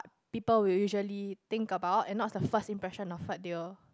people will usually think about and not the first impression of what they will